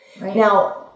Now